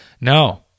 No